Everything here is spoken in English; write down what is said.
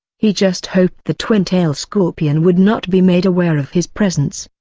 he just hoped the twin-tail scorpion would not be made aware of his presence.